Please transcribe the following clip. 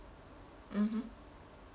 mmhmm